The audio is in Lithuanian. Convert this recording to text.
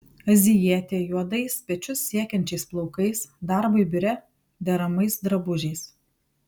azijietė juodais pečius siekiančiais plaukais darbui biure deramais drabužiais